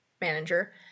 manager